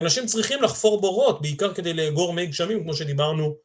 אנשים צריכים לחפור בורות, בעיקר כדי לאגור מיי גשמים, כמו שדיברנו.